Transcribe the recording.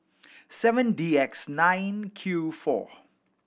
seven D X nine Q four